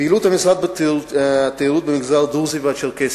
פעילות משרד התיירות במגזר הדרוזי והצ'רקסי: